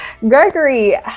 Gregory